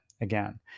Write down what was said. again